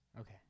Okay